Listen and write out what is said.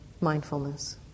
mindfulness